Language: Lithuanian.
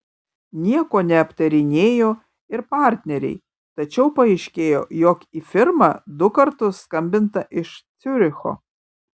nieko neaptarinėjo ir partneriai tačiau paaiškėjo jog į firmą du kartus skambinta iš ciuricho